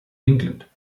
england